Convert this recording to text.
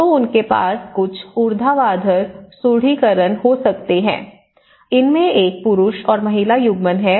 तो उनके पास कुछ ऊर्ध्वाधर सुदृढीकरण हो सकते हैं इसमें एक पुरुष और महिला युग्मन है